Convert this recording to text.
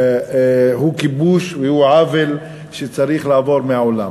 זהו כיבוש וזהו עוול שצריך לעבור מן העולם.